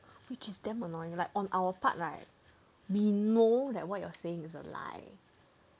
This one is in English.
which is damn annoying like on our part right we know that what you're saying is a lie